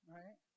right